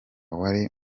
wari